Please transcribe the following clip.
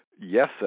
yes